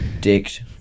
dick